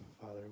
Father